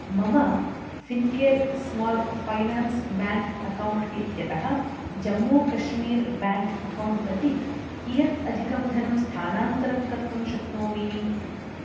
मम Fincare small finance bank account इत्यतः Jammu Kashmir bank account प्रति कियत् अधिकं धनं स्थानान्तरं कर्तुं शक्नोमि